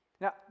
now